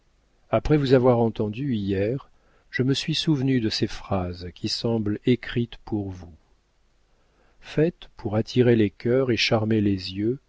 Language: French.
après vous avoir entendue hier je me suis souvenu de ces phrases qui semblent écrites pour vous faite pour attirer les cœurs et charmer les yeux